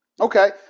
Okay